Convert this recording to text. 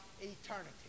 eternity